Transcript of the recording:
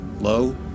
low